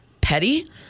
petty